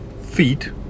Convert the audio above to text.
feet